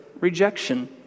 rejection